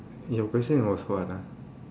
your question was for what ah